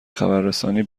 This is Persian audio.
خبررسانی